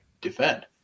defend